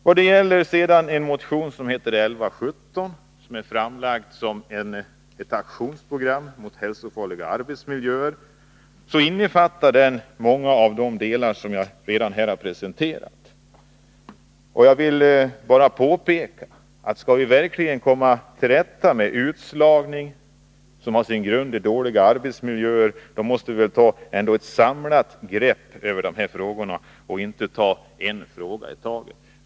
Motion 1117 har lagts fram som ett aktionsprogram mot hälsofarliga arbetsmiljöer, och den innefattar många av de delar som jag redan har presenterat. Jag vill bara påpeka att vi måste, om vi verkligen skall komma till rätta med utslagningen, som har sin grund i dåliga arbetsmiljöer, ta ett samlat grepp på dessa frågor och inte ta en fråga i taget.